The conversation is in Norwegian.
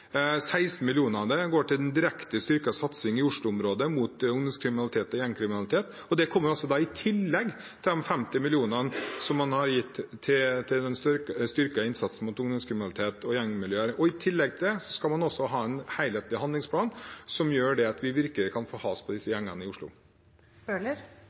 16 mill. kr av det går til den styrkede satsingen i Oslo-området direkte mot ungdomskriminalitet og gjengkriminalitet. Dette kommer i tillegg til de 50 mill. kr man har gitt til den styrkede innsatsen mot ungdomskriminalitet og gjengmiljøer. I tillegg til det skal man også ha en helhetlig handlingsplan, som gjør at vi virkelig kan få has på disse